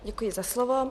Děkuji za slovo.